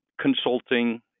consulting